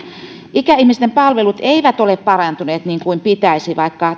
ikäihmisten palvelut eivät ole parantuneet niin kuin pitäisi vaikka